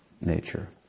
nature